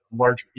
large